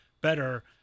better